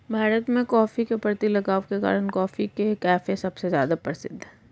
भारत में, कॉफ़ी के प्रति लगाव के कारण, कॉफी के कैफ़े सबसे ज्यादा प्रसिद्ध है